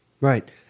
Right